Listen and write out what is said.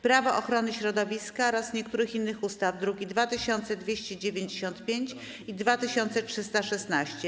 Prawo ochrony środowiska oraz niektórych innych ustaw (druki nr 2295 i 2316)